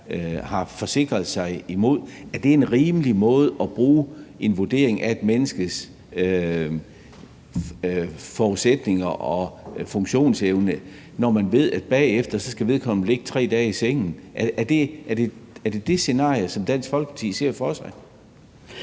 har forsikret sig for. Er det en rimelig måde at bruge en vurdering af et menneskes forudsætninger og funktionsevne, når man ved, at vedkommende bagefter skal ligge 3 dage i sengen? Er det det scenarie, som Dansk Folkeparti ser for sig?